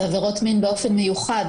בעבירות מין באופן מיוחד,